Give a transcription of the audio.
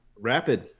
Rapid